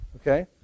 Okay